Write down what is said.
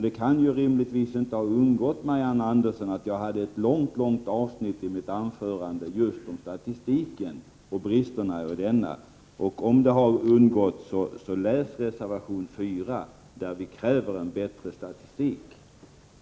Det kan rimligtvis inte ha undgått Marianne Andersson att jag ägnade ett långt avsnitt i mitt anförande åt just bristerna i statistiken. Om det har gjort det, så läs reservation 4, där vi kräver en bättre — Prot. 1985/86:26 statistik.